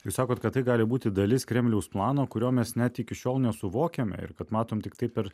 jūs sakot kad tai gali būti dalis kremliaus plano kurio mes net iki šiol nesuvokiame ir kad matom tiktai per